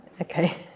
Okay